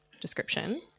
description